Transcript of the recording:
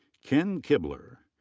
ken kibler.